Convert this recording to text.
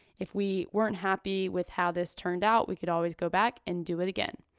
if we weren't happy with how this turned out we could always go back and do it again.